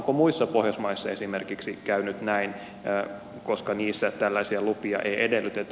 onko muissa pohjoismaissa esimerkiksi käynyt näin koska niissä tällaisia lupia ei edellytetä